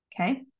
Okay